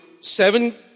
seven